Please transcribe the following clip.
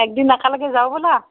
একদিন একেলগে যাওঁ ব'লা